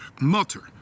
mutter